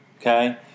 Okay